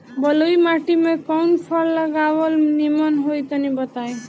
बलुई माटी में कउन फल लगावल निमन होई तनि बताई?